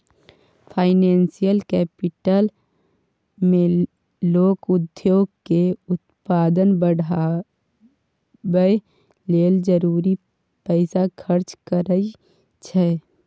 financial capital मे लोक उद्योग के उत्पादन बढ़ाबय लेल जरूरी पैसा खर्च करइ छै